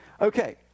Okay